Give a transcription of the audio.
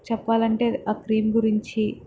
చెప్పాలంటే ఆ క్రీమ్ గురించి